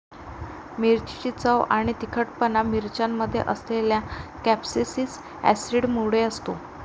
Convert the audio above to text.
मिरचीची चव आणि तिखटपणा मिरच्यांमध्ये असलेल्या कॅप्सेसिन ऍसिडमुळे असतो